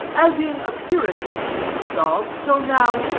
as in appearance he seemed a dog, so now,